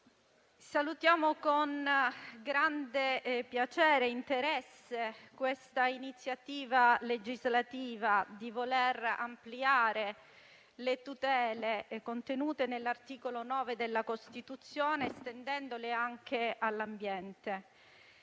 salutiamo con grande piacere e interesse questa iniziativa legislativa che intende ampliare le tutele contenute nell'articolo 9 della Costituzione, estendendole anche all'ambiente.